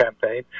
campaign